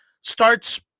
starts